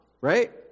right